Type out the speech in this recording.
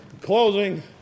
Closing